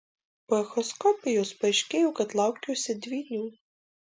po echoskopijos paaiškėjo kad laukiuosi dvynių